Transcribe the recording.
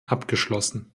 abgeschlossen